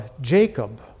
jacob